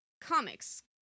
comics